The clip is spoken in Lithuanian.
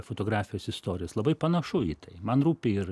fotografijos istorijos labai panašu į tai man rūpi ir